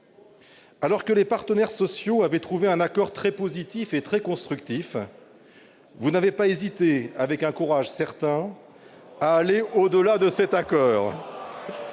Alors que les partenaires sociaux avaient trouvé un accord très positif et très constructif, vous n'avez pas hésité, avec un courage certain, à aller au-delà de cet accord.